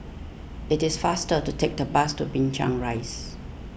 it is faster to take the bus to Binchang Rise